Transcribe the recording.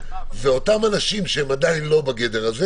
ואותם אנשים שאינם בגדר הזה